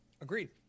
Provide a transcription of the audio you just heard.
Agreed